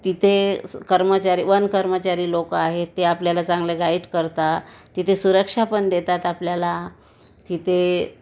तिथे स कर्मचारी वन कर्मचारी लोक आहेत ते आपल्याला चांगलं गाइड करतात तिथे सुरक्षा पण देतात आपल्याला तिथे